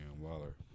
Waller